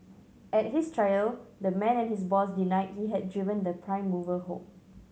at his trial the man and his boss denied he had driven the prime mover home